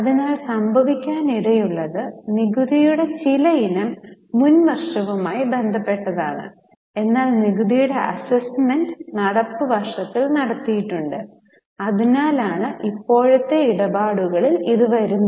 അതിനാൽ സംഭവിക്കാനിടയുള്ളത് നികുതിയുടെ ചില ഇനം മുൻവർഷവുമായി ബന്ധപ്പെട്ടതാണ് എന്നാൽ നികുതിയുടെ അസ്സസ്മെന്റ് നടപ്പ് വർഷത്തിൽ നടത്തിയിട്ടുണ്ട് അതിനാലാണ് ഇപ്പോഴത്തെ ഇടപാടുകളിൽ ഇത് വരുന്നത്